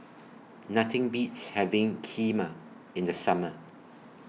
Nothing Beats having Kheema in The Summer